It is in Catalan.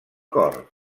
cor